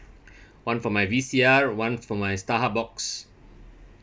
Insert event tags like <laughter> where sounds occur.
<breath> one for my V_C_R one for my Starhub box